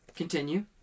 Continue